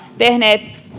tehneet